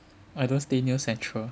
I don't stay near central